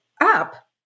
up